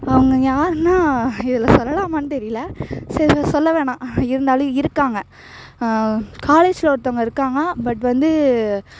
அவங்க யாருன்னா இதில் சொல்லலாமான்னு தெரியலை சரி சொல்லவேணாம் இருந்தாலும் இருக்காங்க காலேஜில் ஒருத்தங்க இருக்காங்க பட் வந்து